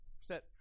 set